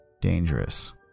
dangerous